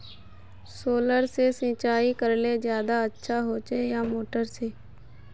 Solar से सिंचाई करले ज्यादा अच्छा होचे या मोटर से?